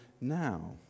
now